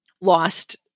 lost